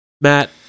Matt